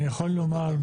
אני יכול לומר,